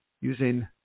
using